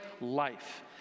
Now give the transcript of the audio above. life